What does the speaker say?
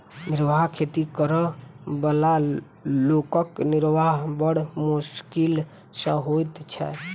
निर्वाह खेती करअ बला लोकक निर्वाह बड़ मोश्किल सॅ होइत छै